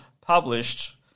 published